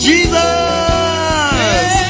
Jesus